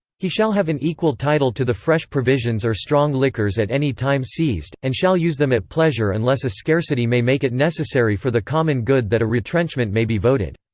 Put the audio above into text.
he shall have an equal title to the fresh provisions or strong liquors at any time seized, and shall use them at pleasure unless a scarcity may make it necessary for the common good that a retrenchment may be voted.